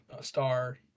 star